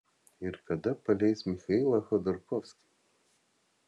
ir kada paleis michailą chodorkovskį